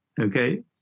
okay